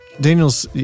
daniel's